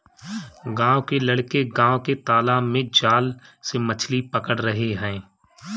गांव के लड़के गांव के तालाब में जाल से मछली पकड़ रहे हैं